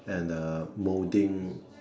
and uh moulding